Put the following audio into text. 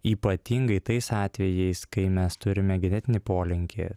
ypatingai tais atvejais kai mes turime genetinį polinkį